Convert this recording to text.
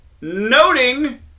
noting